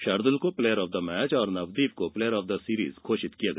शार्दूल को player of the match और नवदीप को प्लेयर ऑफ द सीरीज घोषित किया गया